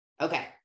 Okay